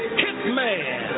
hitman